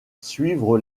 suivre